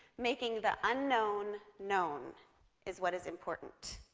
making the unknown known is what is important.